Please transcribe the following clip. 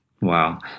Wow